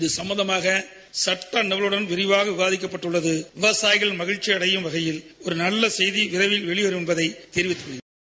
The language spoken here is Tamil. இது சம்பந்தமாக சட்ட நிபுணர்களுடன் விரிவாக விவாதிக்கப்பட்டுள்ளது விவசாயிகள் மகிழ்ச்சி அடையும் வகையில் ஒரு நல்ல செய்தி விரைவில் வெளிவரும் என்பதை தெரிவித்துக் கொள்கிறேன்